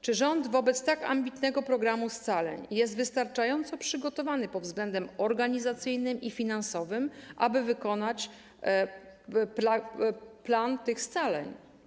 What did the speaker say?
Czy rząd wobec tak ambitnego programu scaleń jest wystarczająco przygotowany pod względem organizacyjnym i finansowym, aby wykonać plan scaleń?